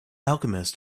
alchemist